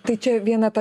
tai čia viena ta